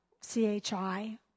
C-H-I